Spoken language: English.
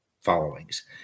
followings